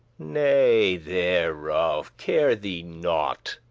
nay, thereof care thee nought,